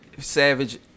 Savage